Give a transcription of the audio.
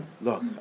Look